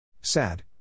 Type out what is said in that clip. Sad